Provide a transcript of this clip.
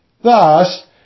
Thus